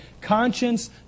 Conscience